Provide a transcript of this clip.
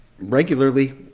regularly